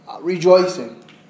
rejoicing